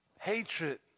hatred